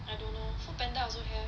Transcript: I don't know Foodpanda also have